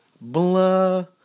blah